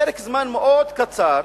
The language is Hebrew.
בפרק זמן מאוד קצר,